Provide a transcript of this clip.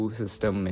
system